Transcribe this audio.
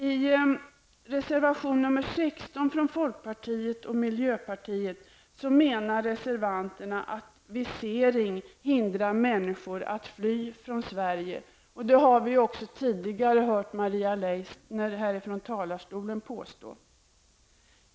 I reservation nr 16 från folkpartiet och miljöpartiet menar reservanterna att visering hindrar människor att fly till Sverige. Det har vi vi också tidigare hört av Maria Leissner ifrån talarstolen.